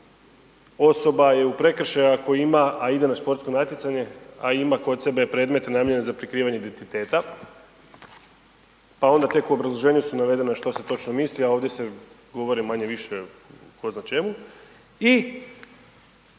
osoba je u prekršaju ako ima, a ide na športsko natjecanje, a ima kod sebe predmet namijenjen za prikrivanje identiteta pa onda tek u obrazloženju su navedeno što se točno misli, a ovdje se govori manje-više o tko zna čemu i